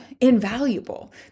invaluable